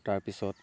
তাৰপিছত